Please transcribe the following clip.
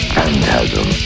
Phantasm